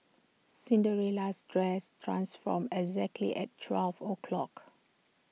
Cinderella's dress transformed exactly at twelve o' clock